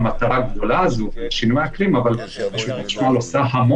הדיונים על זה התקיימו, זאת לא פעם ראשונה שאני